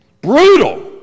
Brutal